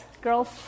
girls